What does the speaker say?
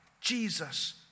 Jesus